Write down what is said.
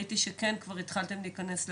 ראיתי שכן שכבר התחלתם להיכנס לפריפריה,